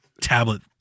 tablet